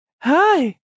Hi